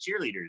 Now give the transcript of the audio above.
cheerleaders